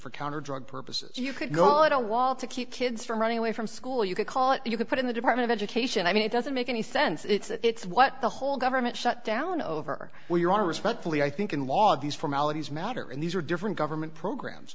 for counter drug purposes you could go i don't want to keep kids from running away from school you could call it you could put in the department of education i mean it doesn't make any sense it's what the whole government shutdown over where you are respectfully i think in law these formalities matter and these are different government programs